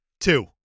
Two